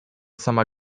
sama